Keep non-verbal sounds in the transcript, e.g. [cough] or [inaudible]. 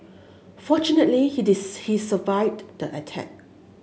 fortunately he did [unintelligible] he survived the attack